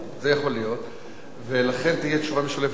ולכן תהיה תשובה משולבת של השר שמחון